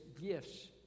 gifts